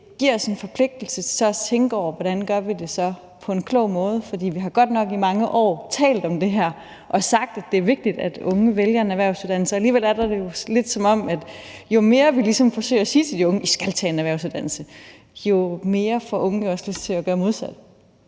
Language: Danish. det giver os en forpligtelse til at tænke over, hvordan vi så gør det på en klog måde. For vi har godt nok i mange år talt om det her og sagt, at det er vigtigt, at unge vælger en erhvervsuddannelse, men alligevel er det lidt, som om at jo mere vi ligesom forsøger at sige til de unge, at de skal tage en erhvervsuddannelse, jo mere får unge også lyst til at gøre det